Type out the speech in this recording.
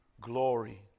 glory